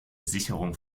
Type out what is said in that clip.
sicherung